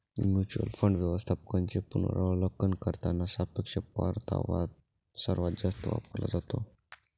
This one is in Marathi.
म्युच्युअल फंड व्यवस्थापकांचे पुनरावलोकन करताना सापेक्ष परतावा सर्वात जास्त वापरला जातो